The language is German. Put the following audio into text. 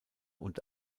und